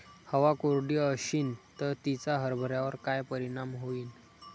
हवा कोरडी अशीन त तिचा हरभऱ्यावर काय परिणाम होईन?